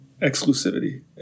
Exclusivity